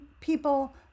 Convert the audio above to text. people